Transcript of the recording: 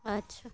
ᱟᱪᱪᱷᱟ